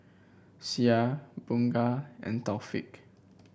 Syah Bunga and Taufik